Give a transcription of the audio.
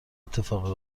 اتفاقی